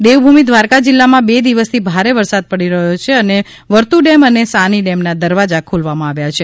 દેવભૂમિ દ્વારકા જિલ્લામાં બે દિવસથી ભારે વરસાદ પડી રહ્યો છે અને વરતું ડેમ અને સાની ડેમ ના દરવાજા ખોલવામાં આવ્યા છે